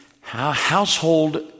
household